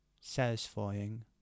satisfying